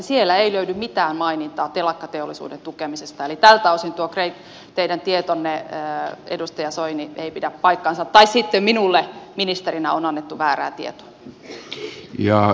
sieltä ei löydy mitään mainintaa telakkateollisuuden tukemisesta eli tältä osin tuo teidän tietonne edustaja soini ei pidä paikkaansa tai sitten minulle ministerinä on annettu väärää tietoa